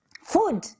food